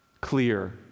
clear